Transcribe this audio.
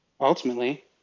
ultimately